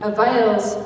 Avails